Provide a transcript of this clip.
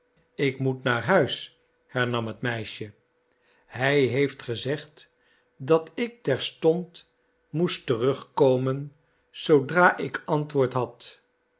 ik moet naar huis hernam het meisje hij heeft gezegd dat ik terstond moestterugkomen zoodra ik antwoord had